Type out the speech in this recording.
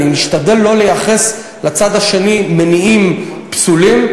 אני משתדל לא לייחס לצד השני מניעים פסולים,